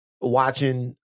watching